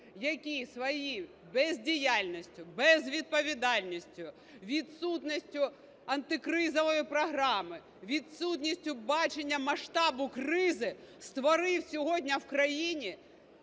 який своєю бездіяльністю, безвідповідальністю, відсутністю антикризової програми, відсутністю бачення масштабу кризи створив сьогодні в країні